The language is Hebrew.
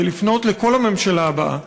זה לפנות לכל הממשלה הבאה,